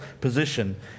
position